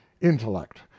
intellect